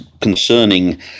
concerning